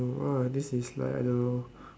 !wah! this is like I don't know